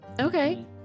Okay